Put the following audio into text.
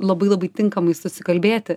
labai labai tinkamai susikalbėti